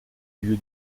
lieu